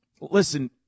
listen